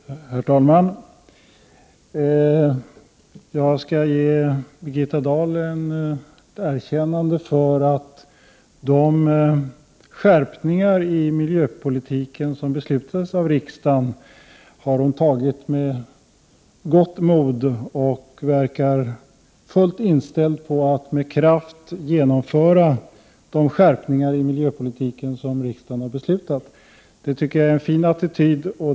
Herr talman! Jag skall ge Birgitta Dahl ett erkännande för att hon med gott mod har tagit de skärpningar i miljöpolitiken som beslutats av riksdagen. Hon förefaller vara fullt inställd på att med kraft genomföra de skärpningar i miljöpolitiken som riksdagen har beslutat, och det tycker jag är en fin attityd.